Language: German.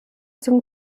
zum